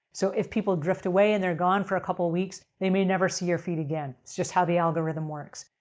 so, if people drift away and they're gone for a couple of weeks, they may never see your feed again. it's just how the algorithm works.